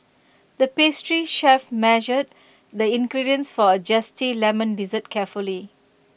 the pastry chef measured the ingredients for A Zesty Lemon Dessert carefully